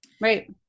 right